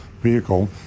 vehicle